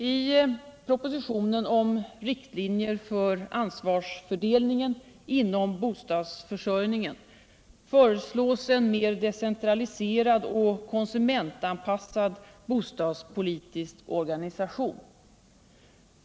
I propositionen om riktlinjer för ansvarsfördelningen inom bostadsförsörjningen föreslås en mer decentraliserad och konsumentanpassad bostadspolitisk organisation.